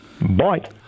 Bye